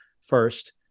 first